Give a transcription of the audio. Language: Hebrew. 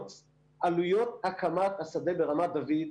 עלויות הקמת השדה ברמת דוד,